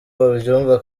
babyumva